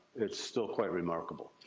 it's still quite remarkable.